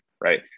right